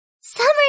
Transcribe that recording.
Summer